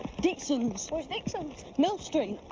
dixon's. where's dixon's? mill street.